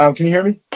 um can you hear me?